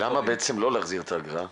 למה בעצם לא להחזיר את האגרה?